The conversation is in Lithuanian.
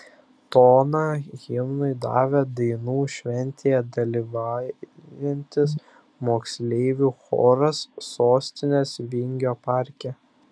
toną himnui davė dainų šventėje dalyvaujantis moksleivių choras sostinės vingio parke